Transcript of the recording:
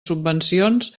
subvencions